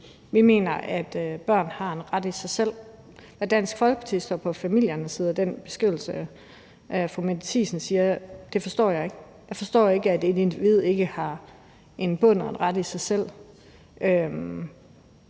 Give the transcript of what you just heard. Vi mener, at børn har en ret i sig selv, og at Dansk Folkeparti står på familiernes side, som fru Mette Thiesen siger, forstår jeg ikke. Jeg forstår ikke, at individet ikke har en bund og en ret i sig selv.